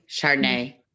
Chardonnay